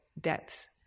depth